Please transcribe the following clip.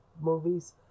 movies